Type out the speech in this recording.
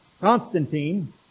Constantine